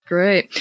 Great